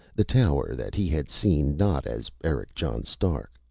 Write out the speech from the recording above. the tower that he had seen, not as eric john stark,